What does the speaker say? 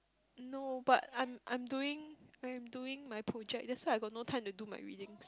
no but I'm I'm doing I am doing my project that's why I got no time to do my reading